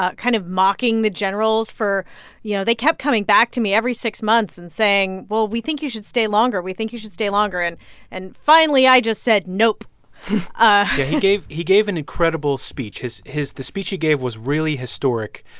ah kind of mocking the generals for you know, they kept coming back to me every six months and saying, well, we think you should stay longer, we think you should stay longer. and and finally, i just said, nope ah yeah. he gave an incredible speech. his his the speech he gave was really historic.